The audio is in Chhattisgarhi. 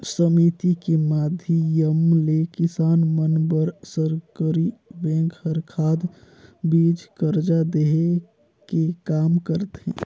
समिति के माधियम ले किसान मन बर सरकरी बेंक हर खाद, बीज, करजा देहे के काम करथे